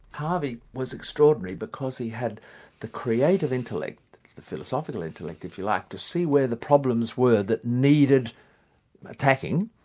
harvey was extraordinary because he had the creative intellect, the philosophical intellect if you like, to see where the problems were that needed attacking,